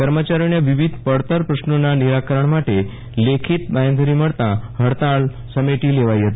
કર્મચારીઓના વિવિધ પડતર પ્રશ્નો નાં નિરાકરણ માટે લેખિત બાહેધરી મળતા હડતાલ સમેટી લેવાઈ હતી